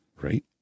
Right